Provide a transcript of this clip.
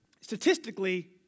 Statistically